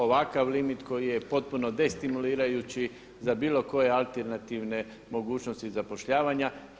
Ovakav limit koji je potpuno destimulirajući za bilo koje alternativne mogućnosti zapošljavanja.